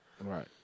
Right